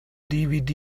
dvd